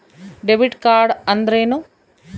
Debit card ಅಂದ್ರೇನು?